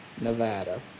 Nevada